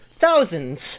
thousands